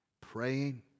praying